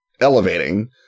elevating